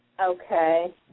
Okay